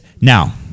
Now